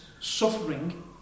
suffering